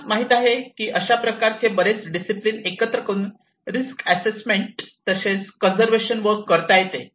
आणि आपणास माहित आहे की अशा प्रकारे बरेच डिसिप्लिन एकत्र करून रिस्क असेसमेंट तसेच कन्सर्वेशन वर्क करता येते